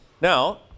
Now